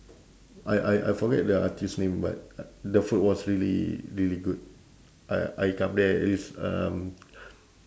I I I forget the artiste name but the food was really really good I I come there at least um